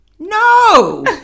No